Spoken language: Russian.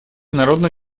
народно